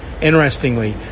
Interestingly